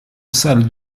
salle